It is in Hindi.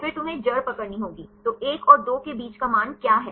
फिर तुम्हें जड़ पकड़नी होगी तो 1 और 2 के बीच का मान क्या है